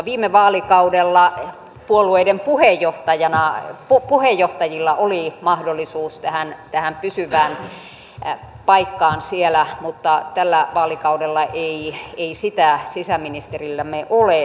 viime vaalikaudella puolueiden puheenjohtajilla oli mahdollisuus tähän pysyvään paikkaan siellä mutta tällä vaalikaudella ei sitä sisäministerillämme ole